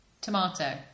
tomato